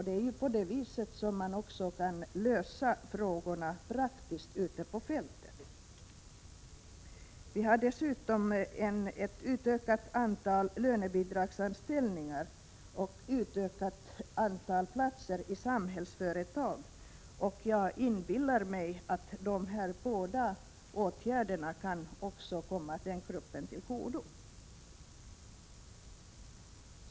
Det är på detta sätt man också kan lösa frågorna praktiskt ute på fältet. Vi har dessutom föreslagit en utökning av antalet lönebidragsanställningar och en utökning av antalet platser i Samhällsföretag. Jag inbillar mig att båda dessa åtgärder även kan komma denna grupp till godo.